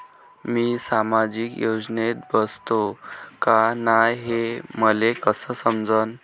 मी सामाजिक योजनेत बसतो का नाय, हे मले कस समजन?